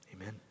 Amen